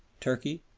turkey,